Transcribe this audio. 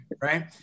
Right